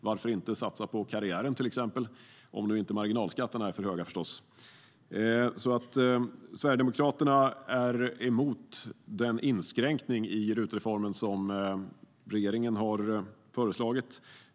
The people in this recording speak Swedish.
Varför inte satsa på till exempel karriären, om nu inte marginalskatterna är för höga förstås? Sverigedemokraterna är emot den inskränkning i RUT-reformen som regeringen har föreslagit.